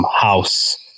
house